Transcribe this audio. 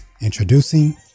introducing